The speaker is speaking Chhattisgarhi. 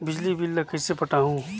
बिजली बिल ल कइसे पटाहूं?